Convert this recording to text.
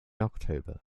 october